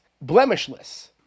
blemishless